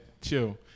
chill